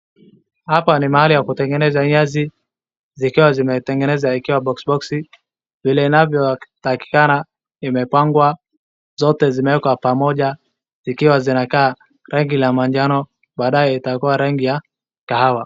Hapa ni mahali ya kutengeneza nyasi zikiwa imetengenezwa ikiwa boksi boksi vile inavyo takikana. Imepangwa zote zimewekwa pamoja zikiwa zinakaa rangi ya majano baadae itakuwa rangi ya kahawa.